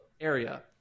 area